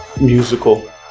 musical